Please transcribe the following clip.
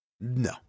No